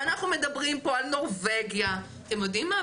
ואנחנו מדברים פה על נורבגיה ואתם יודעים מה,